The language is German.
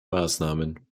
maßnahmen